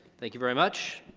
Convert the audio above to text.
thank you very much.